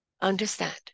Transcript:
Understand